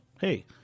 Hey